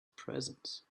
presence